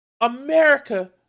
America